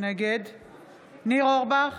נגד ניר אורבך,